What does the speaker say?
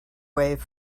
wave